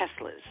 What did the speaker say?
Teslas